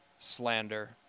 Slander